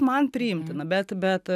man priimtina bet bet